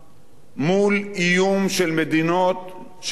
מול איום של מדינות, של אירן,